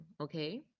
Okay